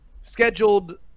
scheduled